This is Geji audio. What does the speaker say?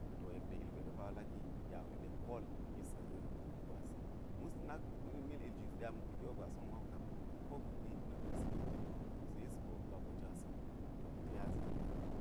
To yek ɗe ilgwe ɗe pa wo laki ya wuli ɗe kol yis a̱ ba boo gwasi mus nak mil iljwisi ɗe a ma̱ pi kyo gwasa̱n wu ma wu kap ko gwik gwi na̱k gwisi ka̱n ta̱ni sa̱ yis ba boo jwasa̱n to ta̱ nya zini ang.